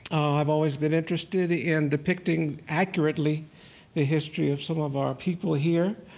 i've always been interested in depicting accurately the history of some of our people here.